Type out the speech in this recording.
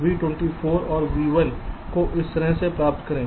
मर्ज V24 और V1 को इस तरह से प्राप्त करें